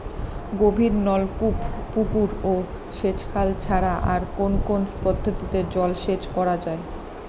গভীরনলকূপ পুকুর ও সেচখাল ছাড়া আর কোন কোন পদ্ধতিতে জলসেচ করা যায়?